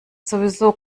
sowieso